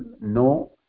no